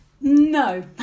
No